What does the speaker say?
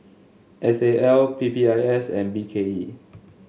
S A L P P I S and B K E